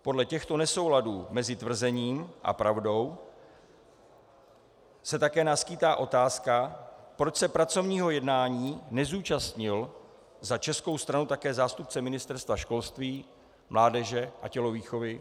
Podle těchto nesouladů mezi tvrzením a pravdou se také naskýtá otázka, proč se pracovního jednání nezúčastnil za českou stranu také zástupce Ministerstva školství, mládeže a tělovýchovy.